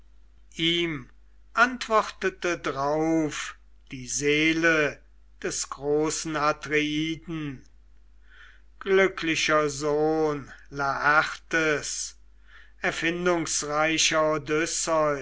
ihm antwortete drauf die seele des großen atreiden glücklicher sohn laertes erfindungsreicher